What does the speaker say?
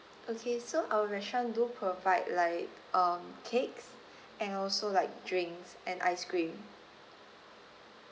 okay so our restaurant do provide like um cakes and also like drinks and ice cream